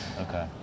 Okay